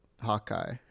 Hawkeye